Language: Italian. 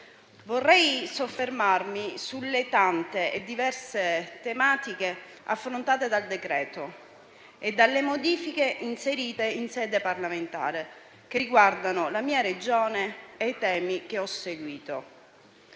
Vorrei soffermarmi sulle tante e diverse tematiche affrontate dal decreto e dalle modifiche inserite in sede parlamentare che riguardano la mia Regione e i temi che ho seguito,